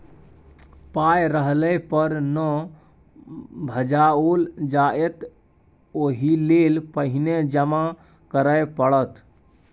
पाय रहले पर न भंजाओल जाएत ओहिलेल पहिने जमा करय पड़त